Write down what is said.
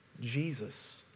Jesus